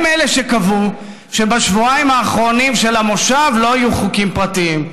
הוא שקבע שבשבועיים האחרונים של המושב לא יהיו חוקים פרטיים,